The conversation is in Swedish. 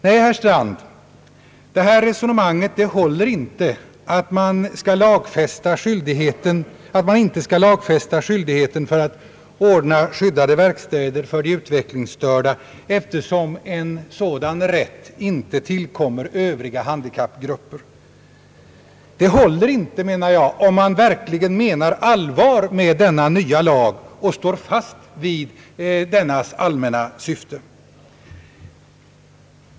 Nej, herr Strand, resonemanget att man inte skall lagfästa skyldigheten att ordna skyddade verkstäder för de utvecklingsstörda, eftersom en sådan rätt inte tillkommer övriga handikappgrupper, det håller inte, om man verkligen menar allvar med denna nya lag och står fast vid dess allmänna syfte.